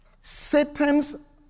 Satan's